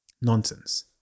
Nonsense